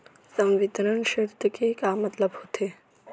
संवितरण शर्त के का मतलब होथे?